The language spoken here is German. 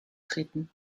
treten